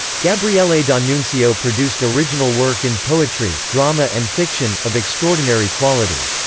gabriele d'annunzio produced original work in poetry, drama and fiction, of extraordinary quality.